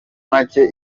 macye